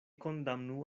kondamnu